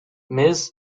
miss